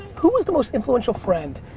who was the most influential friend?